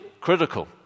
critical